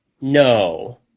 No